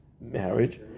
marriage